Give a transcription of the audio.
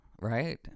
right